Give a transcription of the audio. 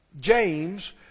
James